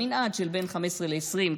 במנעד של בין 15 ל-20,